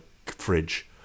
Fridge